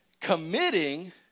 committing